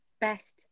best